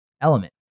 element